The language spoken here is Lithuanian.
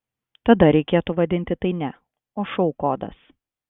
tada reikėtų vadinti tai ne o šou kodas